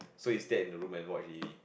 so he stayed in the room and watch the